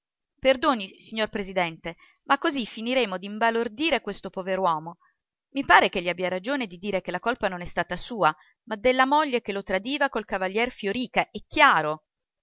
perdoni signor presidente ma così finiremo d'imbalordire questo pover uomo i pare ch'egli abbia ragione di dire che la colpa non è stata sua ma della moglie che lo tradiva col cavalier fiorìca è chiaro